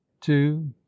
two